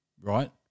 Right